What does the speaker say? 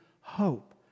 hope